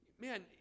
man